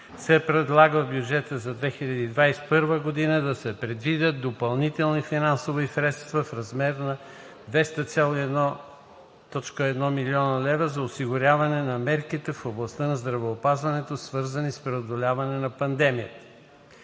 се предлага в бюджета за 2021 г. да се предвидят допълнителни финансови средства в размер на до 200,1 млн. лв. за осигуряване на мерките в областта на здравеопазването, свързани с преодоляването на пандемията.